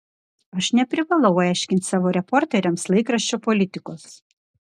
aš neprivalau aiškinti savo reporteriams laikraščio politikos